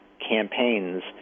campaigns